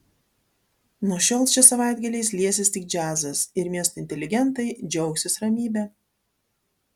nuo šiol čia savaitgaliais liesis tik džiazas ir miesto inteligentai džiaugsis ramybe